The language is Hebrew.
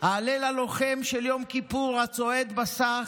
אהלל הלוחם של יום כיפור, הצועד בסך,